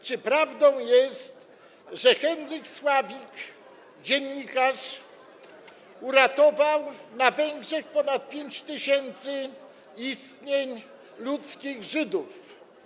Czy prawdą jest, że Henryk Sławik, dziennikarz, uratował na Węgrzech ponad 5 tys. istnień ludzkich, Żydów?